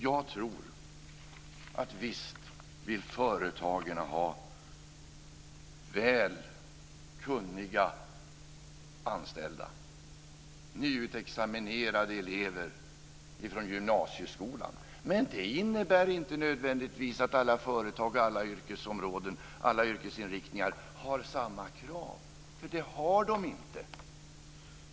Jag tror visst att företagen vill ha kunniga anställda, nyutexaminerade elever från gymnasieskolan. Men det innebär inte nödvändigtvis att alla företag, alla yrkesområden och alla yrkesinriktningar har samma krav, för det har de inte.